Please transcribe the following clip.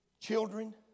Children